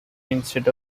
instead